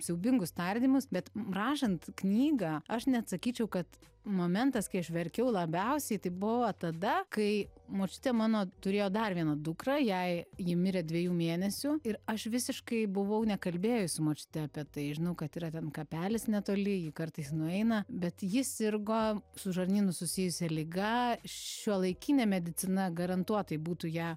siaubingus tardymus bet rašant knygą aš net sakyčiau kad momentas kai aš verkiau labiausiai tai buvo tada kai močiutė mano turėjo dar vieną dukrą jai ji mirė dviejų mėnesių ir aš visiškai buvau nekalbėjus su močiute apie tai žinau kad yra ten kapelis netoli ji kartais nueina bet ji sirgo su žarnynu susijusia liga šiuolaikinė medicina garantuotai būtų ją